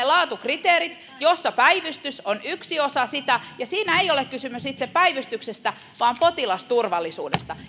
laatukriteerit ja päivystys on yksi osa sitä ja siinä ei ole kysymys itse päivystyksestä vaan potilasturvallisuudesta